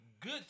good